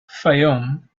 fayoum